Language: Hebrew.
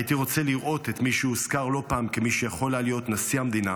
הייתי רוצה לראות את מי שהוזכר לא פעם כמי שיכול היה להיות נשיא המדינה,